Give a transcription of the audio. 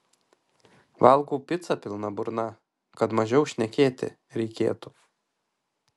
valgau picą pilna burna kad mažiau šnekėti reikėtų